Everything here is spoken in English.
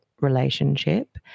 relationship